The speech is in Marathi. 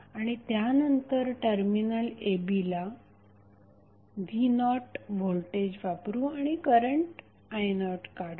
आणि त्यानंतर टर्मिनल a b ला v0व्होल्टेज वापरू आणि करंट i0काढू